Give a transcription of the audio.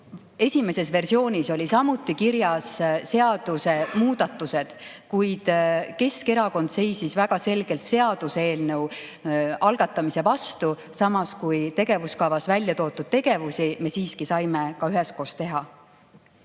esimeses versioonis olid samuti kirjas seadusemuudatused, kuid Keskerakond seisis väga selgelt seaduseelnõu algatamise vastu, samas kui tegevuskavas välja toodud tegevusi me siiski saime ka üheskoos teha.